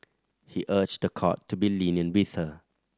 he urged the court to be lenient with her